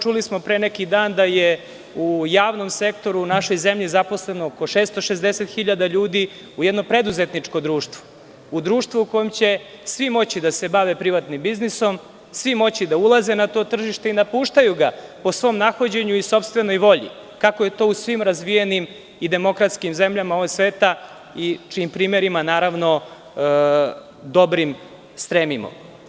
Čuli smo pre neki dan da je u javnom sektoru u našoj zemlji zaposleno oko 660 hiljada ljudi u jedno preduzetničko društvo, u društvo u kome će svi moći da se bave privatnim biznisom, svi moći da ulaze na to tržište i napuštaju ga po svom nahođenju i sopstvenoj volji kako je to u svim razvijenimi demokratskim zemljama ovog sveta, čijim primerima dobrim stremimo.